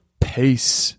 Peace